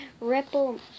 ripple